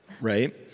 Right